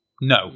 No